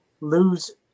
lose